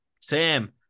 Sam